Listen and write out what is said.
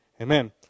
Amen